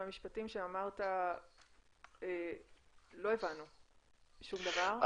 מהמשפטים שאמרת לא הבנו שום דבר.